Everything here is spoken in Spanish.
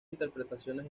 interpretaciones